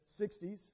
60s